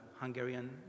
Hungarian